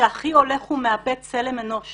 שאחי הולך ומאבד צלם אנוש